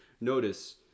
notice